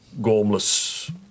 gormless